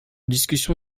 discussion